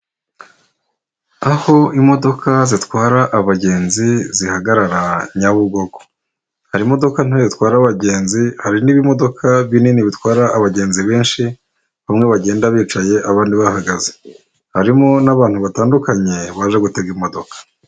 Aho imodoka zitwara abagenzi zihagarara Nyabugogo hari imodoka ntoya itwara abagenzi, hari n'ibimodoka binini bitwara abagenzi benshi bamwe bagenda bicaye abandi bahagaze, harimo n'abantu batandukanye baje gutega imodoka.